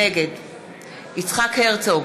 נגד יצחק הרצוג,